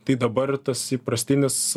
tai dabar tas įprastinis